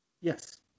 Yes